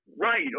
Right